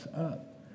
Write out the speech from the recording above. up